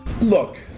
Look